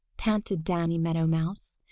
panted danny meadow mouse,